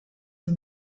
the